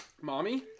Mommy